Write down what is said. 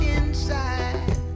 inside